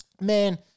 man